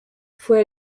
fue